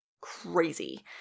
crazy